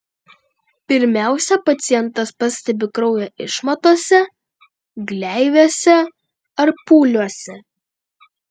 pirmiausia pacientas pastebi kraują išmatose gleivėse ar pūliuose